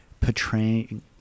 portraying